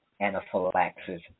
anaphylaxis